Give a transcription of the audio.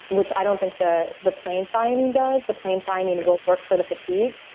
which i don't think the the plain thiamine does. the plain thiamine will work for the fatigue.